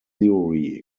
theory